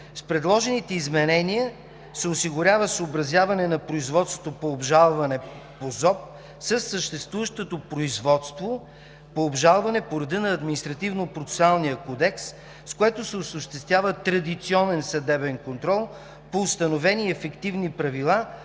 С предложените изменения се осигурява съобразяване на производството по обжалване по ЗОП със съществуващото производство по обжалване по реда на Административнопроцесуалния кодекс, с което се осъществява традиционен съдебен контрол по установени ефективни правила,